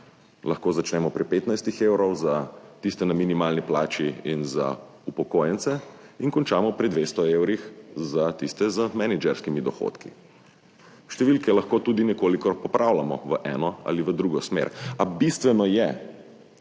Lahko začnemo pri 15 evrih za tiste na minimalni plači in za upokojence in končamo pri 200 evrih za tiste z menedžerskimi dohodki. Številke lahko tudi nekoliko popravljamo v eno ali v drugo smer, a bistveno je,